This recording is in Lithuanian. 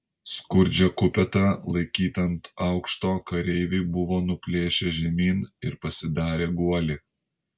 skurdžią kupetą laikytą ant aukšto kareiviai buvo nuplėšę žemyn ir pasidarę guolį